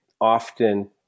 often